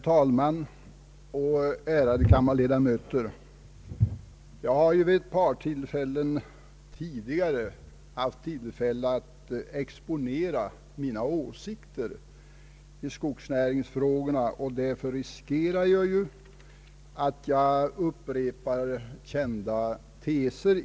s yttrande är påvert.